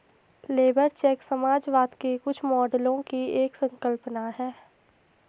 labour check समाजवाद के कुछ मॉडलों की एक संकल्पना है